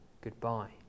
Goodbye